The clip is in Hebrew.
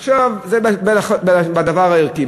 עכשיו, זה בדבר הערכי.